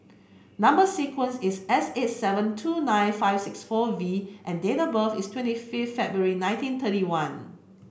number sequence is S eight seven two nine five six four V and date birth is twenty fifth February nineteen thirty one